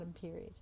period